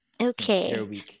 Okay